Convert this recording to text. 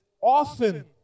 often